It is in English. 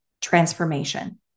transformation